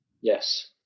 yes